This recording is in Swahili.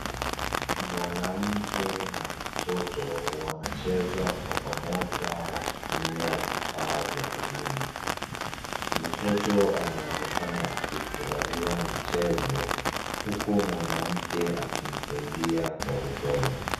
Mwanamke na mtoto wanaacheza kwa pamoja wakitumia vifaa vya elimu. Mtoto anaonekana akifurahia mchezo huku mwanamke akimsaidia kwa upole.